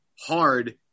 hard